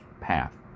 path